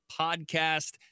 podcast